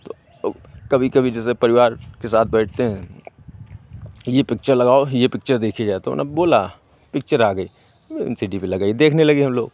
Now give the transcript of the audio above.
तो अब कभी कभी जैसे परिवार के साथ बैठते हैं ये पिक्चर लगाओ ये पिक्चर देखी जाए तो हमने बोला पिक्चर आ गई वो एल सी डी पे लगाई देखने लगे हम लोग